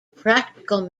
practical